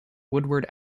woodward